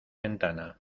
ventana